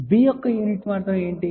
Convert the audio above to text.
b యొక్క unit ఏమిటి